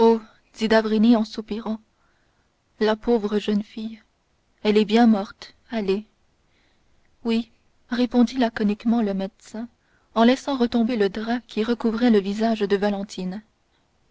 d'avrigny en soupirant pauvre jeune fille elle est bien morte allez oui répondit laconiquement le médecin en laissant retomber le drap qui recouvrait le visage de valentine